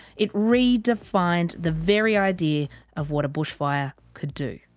it re-defined the very idea of what a bushfire could do.